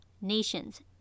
nations